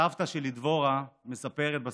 סבתא שלי דבורה מספרת בספר: